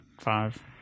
five